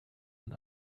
and